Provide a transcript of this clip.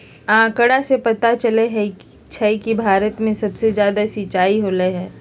आंकड़ा से पता चलई छई कि भारत में सबसे जादा सिंचाई होलई ह